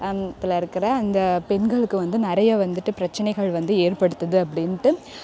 ஆரம்பத்தில் இருக்கிற அந்த பெண்களுக்கு வந்து நிறைய வந்துட்டு பிரச்சனைகள் வந்து ஏற்படுத்துது அப்படின்ட்டு